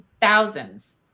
thousands